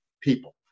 people